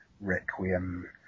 Requiem